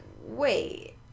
wait